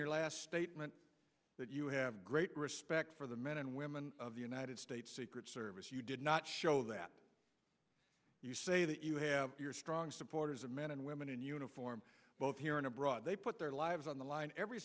your last statement that you have great respect for the men and women of the united states secret service you did not show that you say that you have strong supporters of men and women in uniform both here and abroad they put their lives on the line every